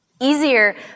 Easier